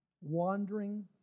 Wandering